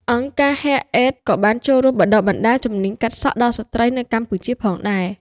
អង្គការ ហ៊ែរ អេត Hair Aid ក៏បានចូលរួមបណ្តុះបណ្តាលជំនាញកាត់សក់ដល់ស្ត្រីនៅកម្ពុជាផងដែរ។